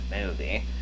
movie